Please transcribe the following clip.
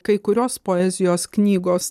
kai kurios poezijos knygos